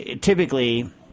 typically